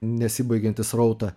nesibaigiantį srautą